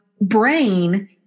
brain